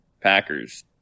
Packers